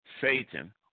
Satan